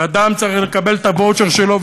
ואדם צריך לקבל את הוואוצ'ר שלו,